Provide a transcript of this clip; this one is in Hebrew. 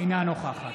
אינה נוכחת